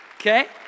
okay